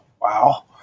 wow